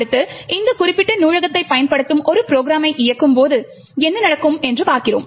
அடுத்து இந்த குறிப்பிட்ட நூலகத்தைப் பயன்படுத்தும் ஒரு ப்ரொக்ராமை இயக்கும்போது என்ன நடக்கும் என்று பார்க்கிறோம்